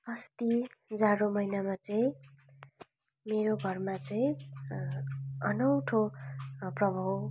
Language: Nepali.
अस्ति जाडो महिनामा चाहिँ मेरो घरमा चाहिँ अनौठो प्रभाव